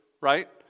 right